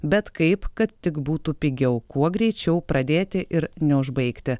bet kaip kad tik būtų pigiau kuo greičiau pradėti ir neužbaigti